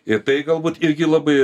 ir tai galbūt irgi labai